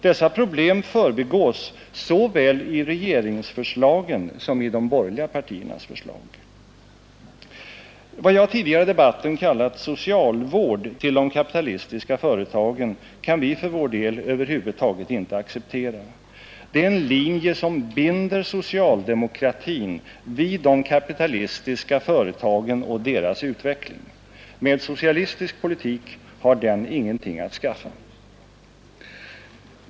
Dessa problem förbigås såväl i regeringsförslagen som i de borgerliga partiernas förslag. Vad jag tidigare i debatten kallat socialvård till de kapitalistiska företagen kan vi för vår del över huvud taget inte acceptera. Det är en linje som binder socialdemokratin vid de kapitalistiska företagen och deras utveckling. Med socialistisk politik har den ingenting att skaffa.